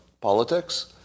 politics